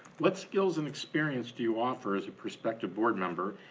what skills and experience do you offer as a prospective board member,